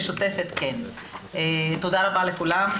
תודה רבה לכולם.